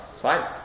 Fine